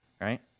right